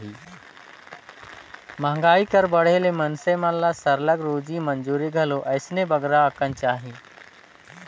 मंहगाई कर बढ़े ले मइनसे मन ल सरलग रोजी मंजूरी घलो अइसने बगरा अकन चाही